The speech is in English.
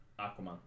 Aquaman